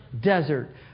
desert